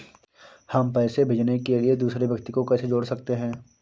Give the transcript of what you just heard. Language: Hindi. हम पैसे भेजने के लिए दूसरे व्यक्ति को कैसे जोड़ सकते हैं?